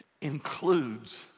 includes